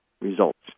results